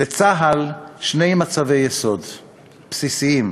לצה"ל שני מצבי יסוד בסיסיים: